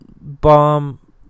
Bomb